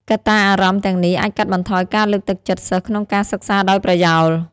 កត្តាអារម្មណ៍ទាំងនេះអាចកាត់បន្ថយការលើកទឹកចិត្តសិស្សក្នុងការសិក្សាដោយប្រយោល។